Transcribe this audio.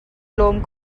lawm